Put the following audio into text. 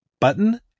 button